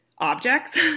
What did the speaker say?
objects